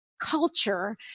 culture